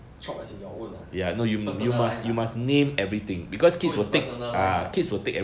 chop as in your own ah personalise ah so it's personalise ah